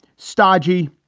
stodgy,